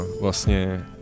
vlastně